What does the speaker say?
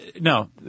No